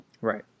Right